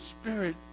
spirit